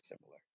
similar